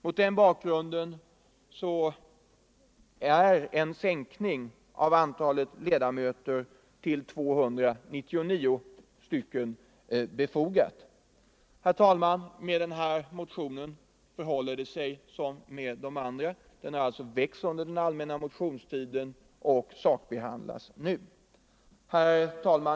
Mot den bakgrunden är en sänkning av antalet ledamöter till 299 befogad. Herr talman! Med denna motion förhåller det sig som med den föregående att den väcktes under den allmänna motionstiden och sakbehandlas nu.